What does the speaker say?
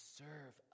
serve